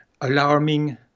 alarming